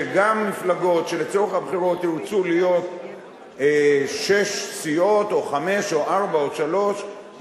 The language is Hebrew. שגם מפלגות שלצורך הבחירות ירצו להיות שש סיעות או חמש או ארבע או שלוש,